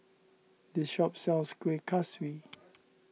this shop sells Kueh Kaswi